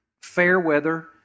fair-weather